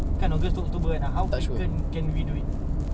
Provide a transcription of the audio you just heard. kan august to october kan ah how frequent can we do it